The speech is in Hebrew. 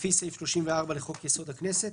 לפי סעיף 34 לחוק-יסוד: הכנסת‏,